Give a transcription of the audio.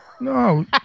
No